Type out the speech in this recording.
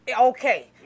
okay